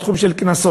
בתחום של קנסות.